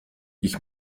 ich